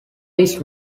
this